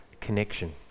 connection